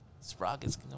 sprockets